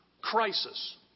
crisis